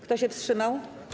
Kto się wstrzymał?